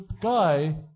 guy